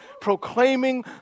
proclaiming